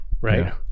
right